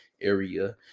area